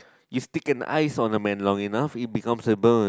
you stick an ice on a man long enough it becomes a burn